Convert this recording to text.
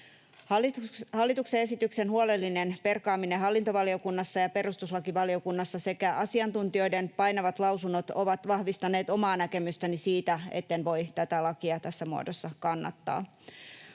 Hallituksen esityksen huolellinen perkaaminen hallintovaliokunnassa ja perustuslakivaliokunnassa sekä asiantuntijoiden painavat lausunnot ovat vahvistaneet omaa näkemystäni siitä, etten voi tätä lakia tässä muodossa kannattaa.